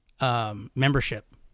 membership